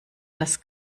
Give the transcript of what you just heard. dass